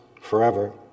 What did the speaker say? forever